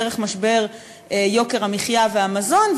דרך משבר יוקר המחיה והמזון,